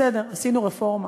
בסדר, עשינו רפורמה.